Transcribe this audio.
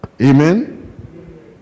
Amen